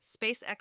SpaceX